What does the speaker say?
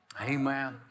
Amen